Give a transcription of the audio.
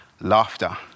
Laughter